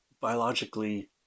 biologically